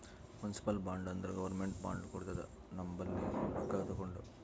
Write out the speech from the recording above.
municipal bond ಅಂದುರ್ government bond ಕೊಡ್ತುದ ನಮ್ ಬಲ್ಲಿ ರೊಕ್ಕಾ ತಗೊಂಡು